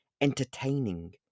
entertaining